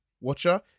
watcher